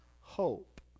hope